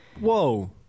Whoa